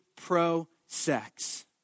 pro-sex